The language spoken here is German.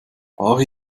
brauche